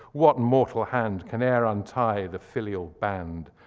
what mortal hand can e'er untie the filial band,